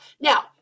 Now